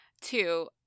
Two